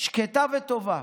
שקטה וטובה,